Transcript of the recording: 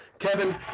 Kevin